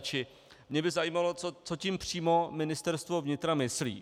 Mě by zajímalo, co tím přímo Ministerstvo vnitra myslí.